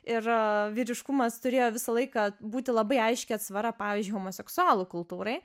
ir vyriškumas turėjo visą laiką būti labai aiški atsvara pavyzdžiui homoseksualų kultūrai